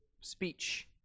speech